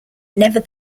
never